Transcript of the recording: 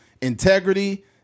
integrity